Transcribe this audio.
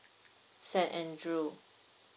saint andrew